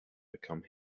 become